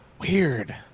weird